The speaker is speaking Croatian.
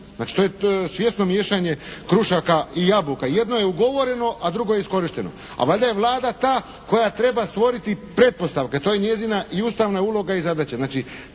Znači to je svjesno miješanje krušaka i jabuka. Jedno je ugovoreno, a drugo je iskorišteno. A valjda je Vlada ta koja treba stvoriti pretpostavke. To je njezina i ustavna uloga i zadaća.